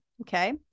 okay